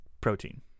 Protein